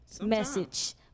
message